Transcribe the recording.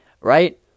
right